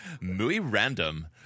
muy-random